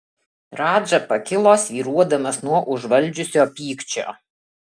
radža pakilo svyruodamas nuo užvaldžiusio pykčio